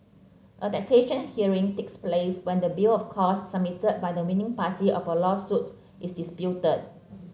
a taxation hearing takes place when the bill of costs submitted by the winning party of a lawsuit is disputed